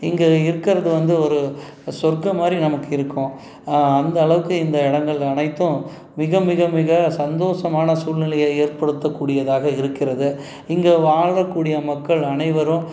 இங்கே இருக்கிறது வந்து ஒரு சொர்க்கம் மாதிரி நமக்கு இருக்கும் அந்தளவுக்கு இந்த இடங்கள் அனைத்தும் மிக மிக மிக சந்தோஷமான சூழ்நிலையை ஏற்படுத்தக்கூடியதாக இருக்கிறது இங்கே வாழக்கூடிய மக்கள் அனைவரும்